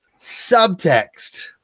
subtext